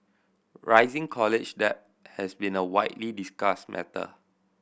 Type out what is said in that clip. rising college debt has been a widely discussed matter